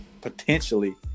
potentially